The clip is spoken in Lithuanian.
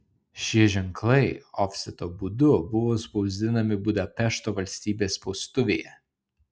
šie ženklai ofseto būdu buvo spausdinami budapešto valstybės spaustuvėje